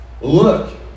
look